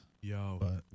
Yo